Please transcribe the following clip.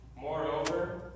Moreover